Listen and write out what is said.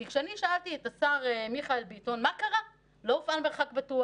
כי כשאני שאלתי את השר מיכאל ביטון מה קרה לא הופעל מרחק בטוח,